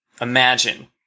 imagine